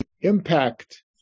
impact